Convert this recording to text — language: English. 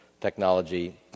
technology